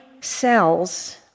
cells